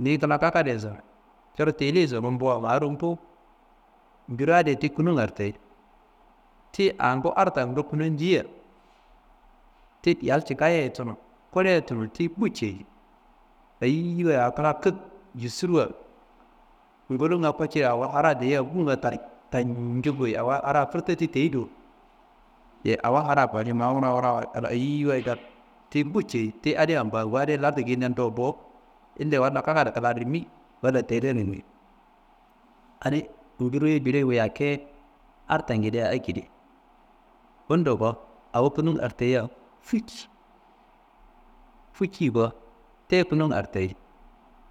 niyi kla kakaduyeso, coro teleyeso rumbuwa ma rumbo, mbiradiye ti kunun hartayi tiyi angu hartanguro kunun jia ti yal cika ye tunu kuli ye tunu ti bu ceyi eyiyiwayi a kla kik jusuruwa ngolunga kociria awo hara leyiya bunga tancu goyi awa hara kurteti teyi do, ye awo hara bahimaá wurawurawa kal tiyi bu ceyi ti adi ampangu adiye lardu kendan bo, ille walla kakadu kla- n rimi walla tele n rimi adi mbiriyi jilingu yakku ye hartangidea ye, bundo ko awo kunun hartayiya ficci, ficciyi ko tiye kunun hartayi